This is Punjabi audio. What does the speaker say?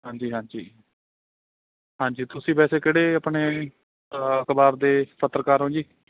ਹਾਂਜੀ ਹਾਂਜੀ ਹਾਂਜੀ ਤੁਸੀਂ ਵੈਸੇ ਕਿਹੜੇ ਆਪਣੇ ਅਖਬਾਰ ਦੇ ਪੱਤਰਕਾਰ ਹੋ ਜੀ